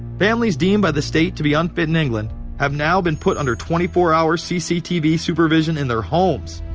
families deemed by the state to be unfit in england have now been put under twenty four hour cctv supervision in their homes.